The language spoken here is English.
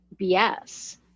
BS